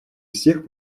всех